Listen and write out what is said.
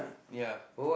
ya